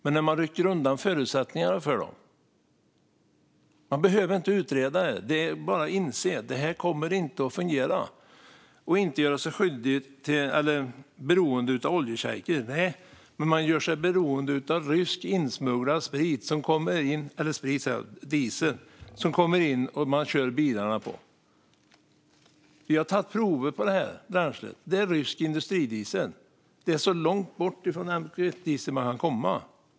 Men när man rycker undan förutsättningarna för dem behöver man inte utreda. Det är bara att inse att det här inte kommer att fungera. Man ska inte göra sig beroende av oljeschejker. Nej, men man gör sig beroende av rysk insmugglad diesel som bilarna körs på. Vi har tagit prover på bränslet. Det är rysk industridiesel. Det är så långt bort ifrån NQF-diesel man kan komma.